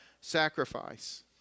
sacrifice